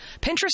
pinterest